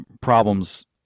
problems